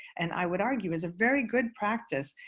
and i would argue is a very good practice,